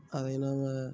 அதை நம்ப